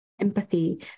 empathy